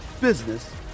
business